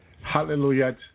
hallelujah